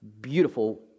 beautiful